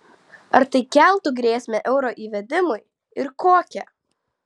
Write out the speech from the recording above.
ar tai keltų grėsmę euro įvedimui ir kokią